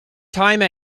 time